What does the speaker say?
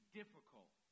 difficult